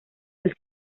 del